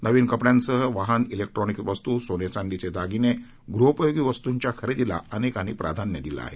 नवीन कपड्यांसह वाहन इलेक्ट्रॉनिक्स वस्तू सोने चांदीचे दागिने गृहोपयोगी वस्तूंच्या खरेदीला अनेकांनी प्राधान्य दिले आहे